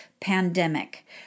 pandemic